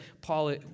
Paul